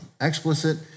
explicit